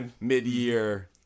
mid-year